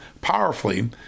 powerfully